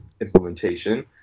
implementation